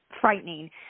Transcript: frightening